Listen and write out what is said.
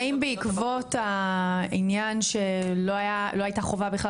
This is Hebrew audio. האם בעקבות העניין שלא הייתה חובה בכלל